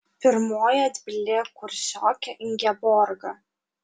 pirmoji atbildėjo kursiokė ingeborga